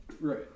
right